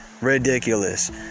Ridiculous